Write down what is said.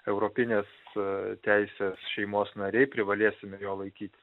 europinės teisės šeimos nariai privalėsime jo laikytis